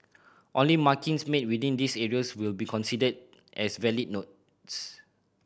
only markings made within these areas will be considered as valid notes